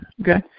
Okay